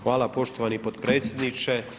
Hvala, poštovani potpredsjedniče.